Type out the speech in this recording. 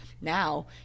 Now